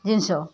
ଜିନିଷ